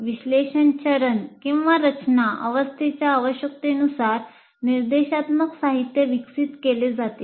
विश्लेषण चरण आणि रचना अवस्थेच्या आवश्यकतेनुसार निर्देशात्मक साहित्य विकसित केले जाते